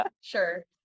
Sure